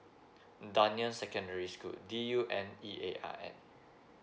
dunearn secondary school D U N E A R N